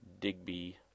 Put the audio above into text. Digby